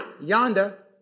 Yonder